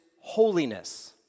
holiness